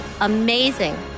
Amazing